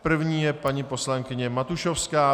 První je paní poslankyně Matušovská.